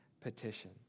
petition